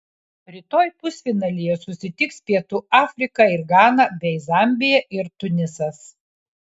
rytoj pusfinalyje susitiks pietų afrika ir gana bei zambija ir tunisas